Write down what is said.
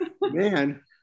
man